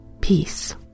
Peace